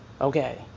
Okay